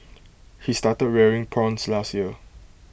he started rearing prawns last year